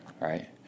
right